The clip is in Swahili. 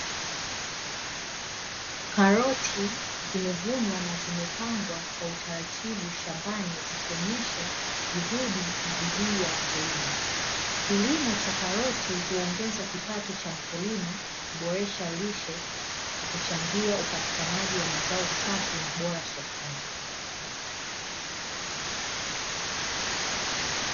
Karoti zimevunwa na zimepangwa kwa utaratibu shambani zikionyesha juhudi na bidii ya wakulima, kilimo cha karoti huonheza kipato cha mkulima kisha lishe na kuchangia upatikanaji wa mazao safi na bora sokoni.